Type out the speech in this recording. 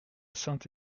saint